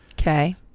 Okay